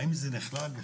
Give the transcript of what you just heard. האם זה נכלל ב